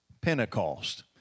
Pentecost